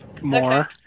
more